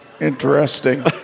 interesting